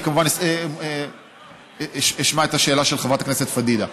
אני אשמע את השאלה של חברת הכנסת פדידה.